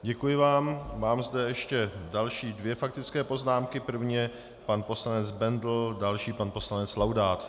Děkuji vám, mám zde ještě další dvě faktické poznámky, první je pan poslanec Bendl, další pan poslanec Laudát.